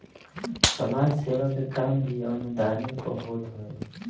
समाज सेवा के काम भी अनुदाने पअ होत हवे